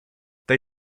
they